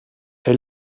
est